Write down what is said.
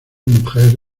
mujer